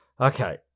Okay